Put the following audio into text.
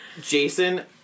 Jason